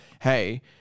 hey